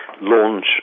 launch